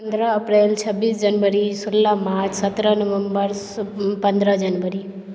पन्द्रह अप्रैल छब्बीस जनवरी सोलह मार्च सतरह नवम्बर पन्द्रह जनवरी